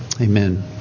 Amen